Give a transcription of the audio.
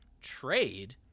trade